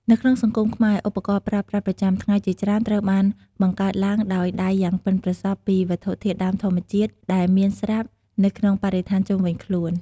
នៅក្នុងសង្គមខ្មែរ ឧបករណ៍ប្រើប្រាស់ប្រចាំថ្ងៃជាច្រើនត្រូវបានបង្កើតឡើងដោយដៃយ៉ាងប៉ិនប្រសប់ពីវត្ថុធាតុដើមធម្មជាតិ ដែលមានស្រាប់នៅក្នុងបរិស្ថានជុំវិញខ្លួន។